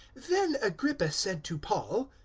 then agrippa said to paul,